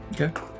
Okay